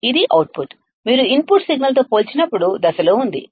ఇది అవుట్పుట్ మీరు ఇన్పుట్ సిగ్నల్తో పోల్చినప్పుడు అదే దశలో ఉంది